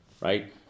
right